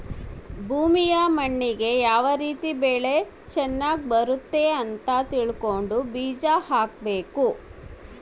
ಭೂಮಿಯ ಮಣ್ಣಿಗೆ ಯಾವ ರೀತಿ ಬೆಳೆ ಚನಗ್ ಬರುತ್ತೆ ಅಂತ ತಿಳ್ಕೊಂಡು ಬೀಜ ಹಾಕಬೇಕು